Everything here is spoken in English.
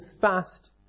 fast